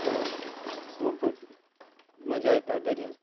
अशें करून खुपूच मजा येता दर्यांत